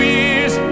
Year's